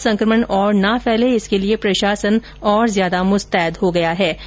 वहां संक्रमण और ना फैले इसके लिए प्रशासन ज्यादा मुस्तैद हो गया है